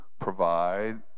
provide